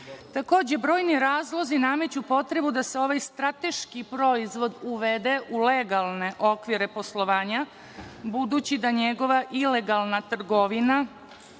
razvoju. Brojni razlozi nameću potrebu da se ovaj strateški proizvod uvede u legalne okvire poslovanja, budući da njegova ilegalna trgovina